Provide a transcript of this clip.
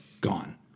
gone